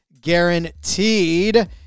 guaranteed